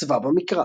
סבא במקרא